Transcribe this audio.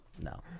No